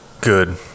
good